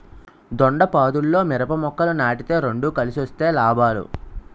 దొండపాదుల్లో మిరప మొక్కలు నాటితే రెండు కలిసొస్తే లాభాలు